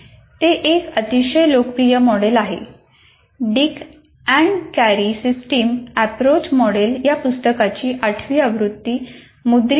ते एक अतिशय लोकप्रिय मॉडेल आहे आणि Dick and Carey systems approach model या पुस्तकाची आठवी आवृत्ती मुद्रित आहे